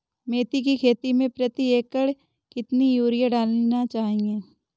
मेथी के खेती में प्रति एकड़ कितनी यूरिया डालना चाहिए?